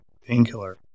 painkiller